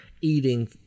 eating